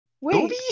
Wait